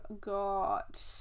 got